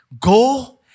Go